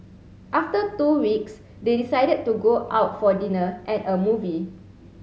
after two weeks they decided to go out for dinner and a movie